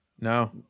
No